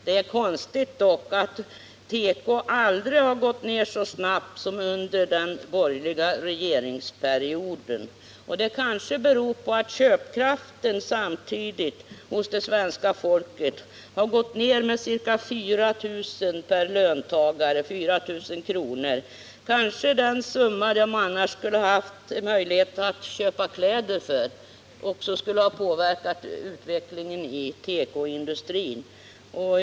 Det är dock konstigt att teko aldrig tidigare har gått ned så snabbt som under den borgerliga regeringsperioden. Det kanske beror på att köpkraften hos det svenska folket samtidigt har minskat med ca 4 000 kr. per löntagare? Kanske den summan, som folk annars skulle ha haft möjlighet att köpa kläder för, skulle ha kunnat påverka utvecklingen i tekoindustrin.